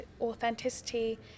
authenticity